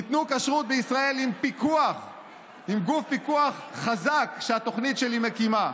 ייתנו כשרות בישראל עם גוף פיקוח חזק שהתוכנית שלי מקימה,